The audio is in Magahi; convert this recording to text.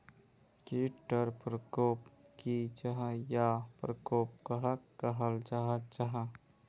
कीट टर परकोप की जाहा या परकोप कहाक कहाल जाहा जाहा?